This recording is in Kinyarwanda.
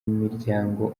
miryango